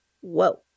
whoa